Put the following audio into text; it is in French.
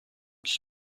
qui